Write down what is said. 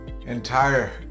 Entire